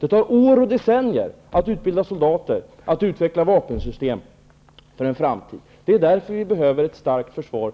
Det tar år och decennier att utbilda soldater och utveckla vapensystem för framtiden. Det är därför som vi även för framtidens säkerhet behöver ett starkt försvar.